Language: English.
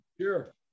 Sure